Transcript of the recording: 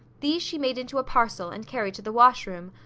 these she made into a parcel and carried to the wash room,